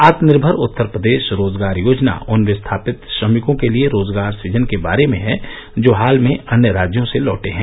आत्मनिर्मर उत्तर प्रदेश रोजगार योजना उन विस्थापित श्रमिकों के लिए रोजगार सुजन के बारे में है जो हाल में अन्य राज्यों से लौटे हैं